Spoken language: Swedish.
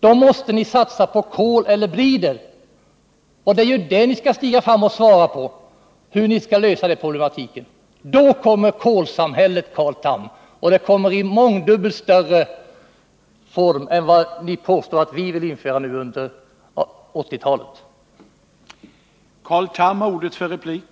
Ni måste då satsa på kol eller bridreaktorer. Det är ju frågan hur ni skall lösa den problematiken som ni skall stiga fram och svara på. Då kommer kolsamhället, Carl Tham, och det kommer i mångdubbelt större format än det som ni påstår att vi vill införa under 1980-talet.